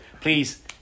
Please